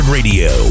Radio